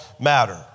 matter